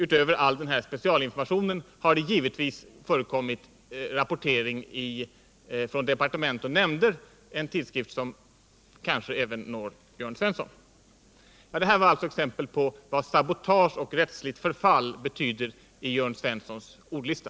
Utöver all denna specialinformation har det givetvis förekommit rapportering i Från Riksdag & Departement, en tidskrift som kanske når även Jörn Svensson. Dessa punkter är exempel på vad sabotage och rättsligt förfall betyder i Jörn Svenssons ordlista.